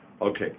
Okay